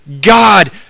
God